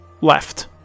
left